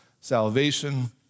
salvation